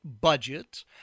budget